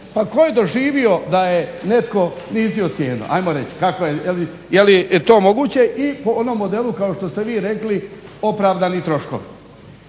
Pa tko je doživio da je netko snizio cijenu. Ajmo reći, je li to moguće i po onom modelu kao što ste vi rekli opravdani troškovi.